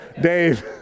Dave